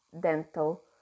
dental